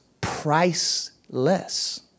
priceless